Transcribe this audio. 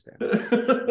understand